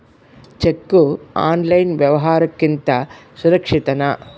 Cheque online ವ್ಯವಹಾರುಕ್ಕಿಂತ ಸುರಕ್ಷಿತನಾ?